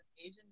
Asian